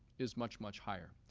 is much, much higher.